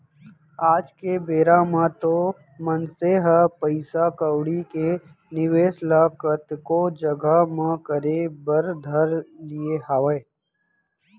आज के बेरा म तो मनसे ह पइसा कउड़ी के निवेस ल कतको जघा म करे बर धर लिये हावय